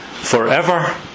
forever